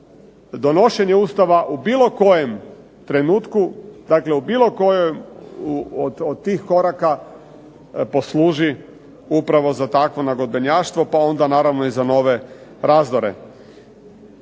donošenje Ustava u bilo kojem trenutku, dakle u bilo kojem od tih koraka posluži upravo za takvo nagodbenjaštvo, pa onda naravno i za nove razdore.